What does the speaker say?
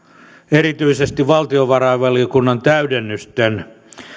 erityisesti valtiovarainvaliokunnan täydennysten